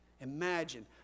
Imagine